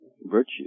virtue